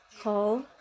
call